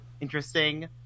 interesting